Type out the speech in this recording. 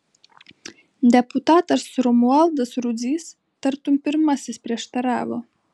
deputatas romualdas rudzys tartum pirmasis prieštaravo